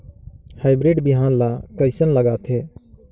Hybrid बिहान ला कइसन लगाथे?